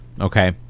Okay